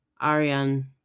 Arian